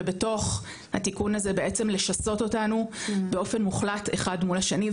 ובתוך התיקון הזה בעצם לשסות אותנו באופן מוחלט אחד מול השני,